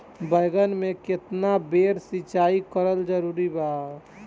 बैगन में केतना बेर सिचाई करल जरूरी बा?